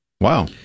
Wow